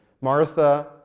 Martha